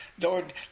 lord